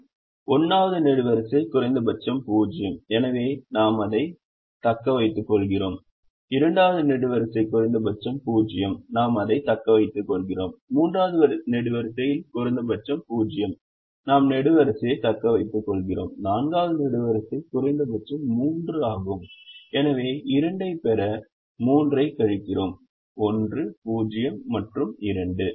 1 வது நெடுவரிசை குறைந்தபட்சம் 0 எனவே நாம் அதைத் தக்கவைத்துக்கொள்கிறோம் 2 வது நெடுவரிசை குறைந்தபட்சம் 0 நாம் அதைத் தக்கவைத்துக்கொள்கிறோம் 3 வது நெடுவரிசை குறைந்தபட்சம் 0 நாம் நெடுவரிசையைத் தக்கவைத்துக்கொள்கிறோம் 4 வது நெடுவரிசை குறைந்தபட்சம் 3 ஆகும் எனவே 2 ஐப் பெற 3 ஐக் கழிக்கிறோம் 1 0 மற்றும் 2